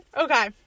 Okay